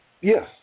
Yes